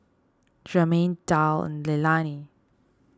Jermain Darl and Leilani